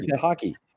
hockey